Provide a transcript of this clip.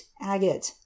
Agate